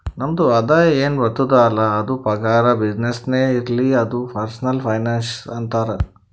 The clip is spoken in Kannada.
ನಮ್ ಆದಾಯ ಎನ್ ಬರ್ತುದ್ ಅಲ್ಲ ಅದು ಪಗಾರ, ಬಿಸಿನ್ನೆಸ್ನೇ ಇರ್ಲಿ ಅದು ಪರ್ಸನಲ್ ಫೈನಾನ್ಸ್ ಅಂತಾರ್